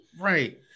right